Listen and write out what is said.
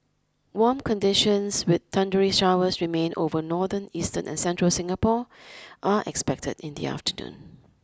warm conditions with thundery showers remain over northern eastern and central Singapore are expected in the afternoon